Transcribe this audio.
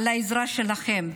על העזרה שלכם.